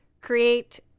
create